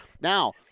Now